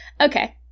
Okay